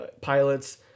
pilots